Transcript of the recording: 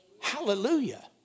Hallelujah